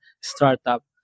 startup